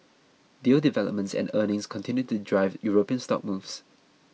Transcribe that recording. deal developments and earnings continued to drive European stock moves